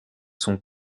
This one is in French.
sont